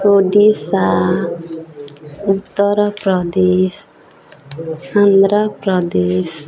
Odisha Uttar Pradesh Andhra Pradesh